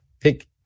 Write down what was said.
Pick